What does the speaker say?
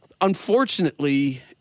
unfortunately